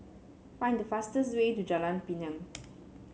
find the fastest way to Jalan Pinang